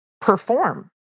perform